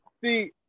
See